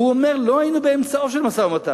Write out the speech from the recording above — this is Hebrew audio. והוא אומר, לא היינו באמצעו של משא-ומתן.